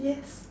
yes